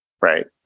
right